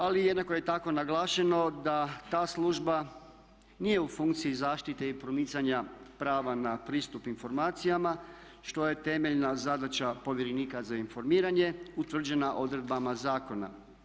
Ali jednako je tako naglašeno da ta služba nije u funkciji zaštite i promicanja prava na pristup informacijama što je temeljna zadaća povjerenika za informiranje utvrđena odredbama zakona.